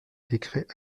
décret